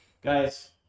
Guys